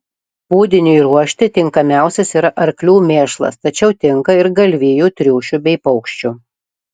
pūdiniui ruošti tinkamiausias yra arklių mėšlas tačiau tinka ir galvijų triušių bei paukščių